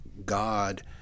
God